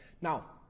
Now